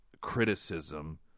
criticism